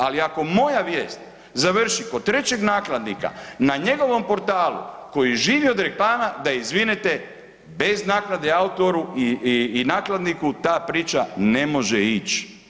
Ali ako moja vijest završi kod trećeg nakladnika na njegovom portalu koji živi od reklama da izvinete bez naknade autoru i nakladniku ta priča ne može ići.